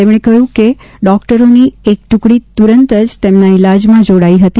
તેમણે કહ્યું કે ડોક્ટરોની એક ટુકડી તુરંત જ તેમના ઇલાજમાં જોડાઈ હતી